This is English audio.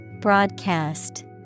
Broadcast